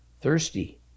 Thirsty